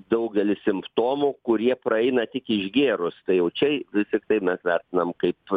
daugelis simptomų kurie praeina tik išgėrus tai jau čiai vis tiktai mes vertinam kaip